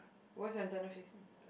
where's your antenna facing